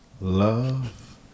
Love